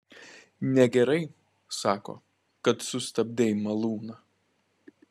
negerai sako kad sustabdei malūną